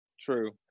true